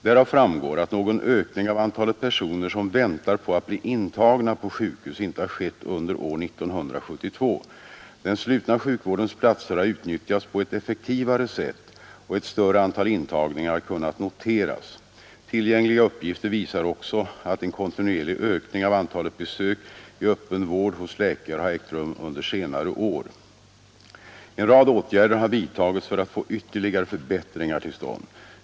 Därav framgår att någon ökning av antalet personer som väntar på att bli intagna på sjukhus inte har skett under år 1972. Den slutna sjukvårdens platser har utnyttjats på ett effektivare sätt och ett större antal intagningar har kunnat noteras. Tillgängliga uppgifter visar också att en kontinuerlig ökning av antalet besök i öppen vård hos läkare har ägt rum under senare år. En rad åtgärder har vidtagits för att få ytterligare förbättringar till stånd.